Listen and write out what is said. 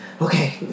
okay